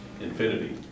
infinity